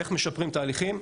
לראות איך משפרים תהליכים.